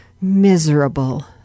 miserable